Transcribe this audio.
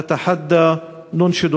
נתערטל.